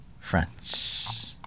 France